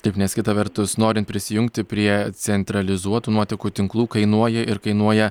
taip nes kita vertus norint prisijungti prie centralizuotų nuotekų tinklų kainuoja ir kainuoja